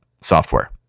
software